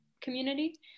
community